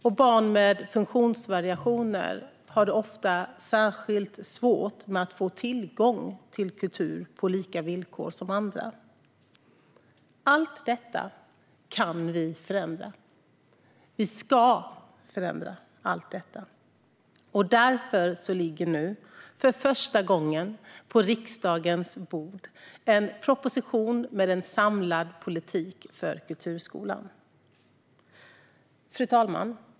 Och barn med funktionsvariationer har ofta särskilt svårt att få tillgång till kultur på lika villkor som andra. Allt det kan vi förändra. Vi ska förändra allt detta. Därför ligger nu, för första gången, en proposition på riksdagens bord med en samlad politik för kulturskolan. Fru talman!